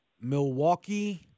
Milwaukee